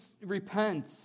repent